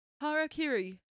Harakiri